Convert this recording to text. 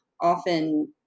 often